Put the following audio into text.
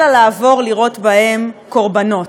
אלא לעבור לראות בהם קורבנות,